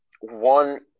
one